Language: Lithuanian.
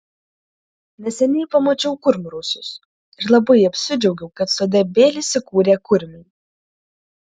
neseniai pamačiau kurmrausius ir labai apsidžiaugiau kad sode vėl įsikūrė kurmiai